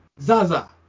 Zaza